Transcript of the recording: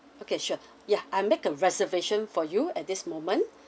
okay sure yeah I make a reservation for you at this moment